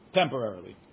temporarily